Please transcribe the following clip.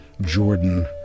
Jordan